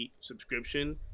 subscription